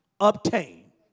obtain